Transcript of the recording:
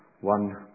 one